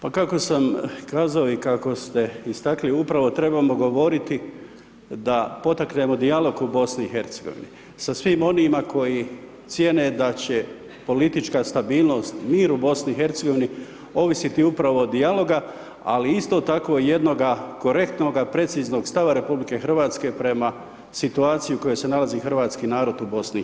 Pa kako sam kazao i kao ste istakli, upravo trebamo govoriti da potaknemo dijalog u BiH-u sa svim onima koji cijene da će politička stabilnost, mir u BiH-u ovisiti upravo od dijaloga, ali isto tako i jednoga korektnoga, preciznog stava RH prema situaciji u kojoj se nalazi hrvatski narod u BiH-u.